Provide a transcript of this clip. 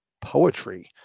poetry